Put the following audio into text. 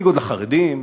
בניגוד לחרדים,